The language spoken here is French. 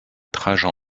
trajan